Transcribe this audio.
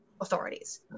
authorities